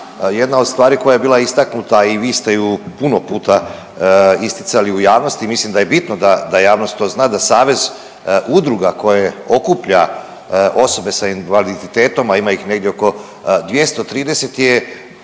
jedna od stvari koja je bila istaknuta i vi ste ju puno puta isticali u javnosti i mislim da je bitno da, da javnost to zna, da Savez udruga koji okuplja osobe sa invaliditetom, a ima ih negdje oko 230, je